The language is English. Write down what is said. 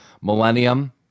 Millennium